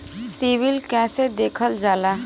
CIBIL कैसे देखल जाला?